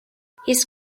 his